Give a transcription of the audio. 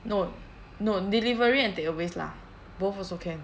no no delivery and takeaways lah both also can